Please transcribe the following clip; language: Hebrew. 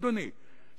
אדוני,